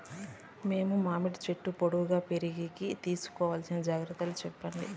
మేము మామిడి చెట్లు పొడువుగా పెరిగేకి తీసుకోవాల్సిన జాగ్రత్త లు చెప్పండి?